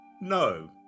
no